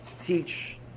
teach